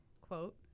quote